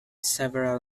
several